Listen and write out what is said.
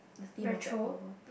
the theme of the album